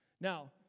Now